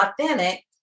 authentic